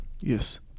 Yes